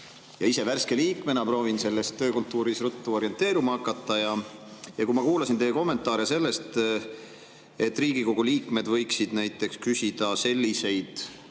Värske liikmena proovin selles töökultuuris ruttu orienteeruma hakata. Kui ma kuulasin teie kommentaare selle kohta, et Riigikogu liikmed võiksid näiteks küsida selliseid